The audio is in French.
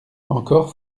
encore